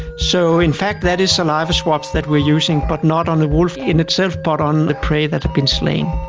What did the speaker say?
so in fact that is saliva swabs that we're using but not on the wolf in itself but on the prey that have been slain.